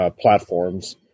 platforms